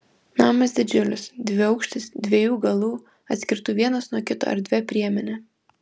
namas didžiulis dviaukštis dviejų galų atskirtų vienas nuo kito erdvia priemene